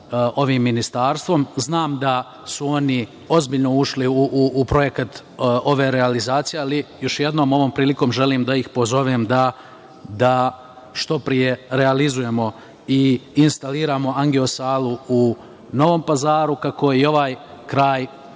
ovim ministarstvom. Znam da su oni ozbiljno ušli u projekat ove realizacije, ali još jednom ovom prilikom želim da ih pozovem da što pre realizujemo i instaliramo angio-salu u Novom Pazaru, kako bi i ovaj kraj